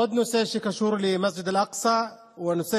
עוד נושא שקשור למסגד אל-אקצא הוא הנושא